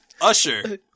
Usher